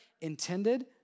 intended